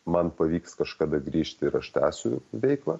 man pavyks kažkada grįžti ir aš tęsiu veiklą